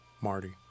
Marty